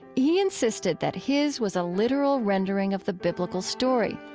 he insisted that his was a literal rendering of the biblical story.